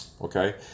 okay